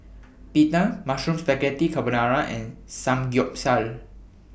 Pita Mushroom Spaghetti Carbonara and Samgyeopsal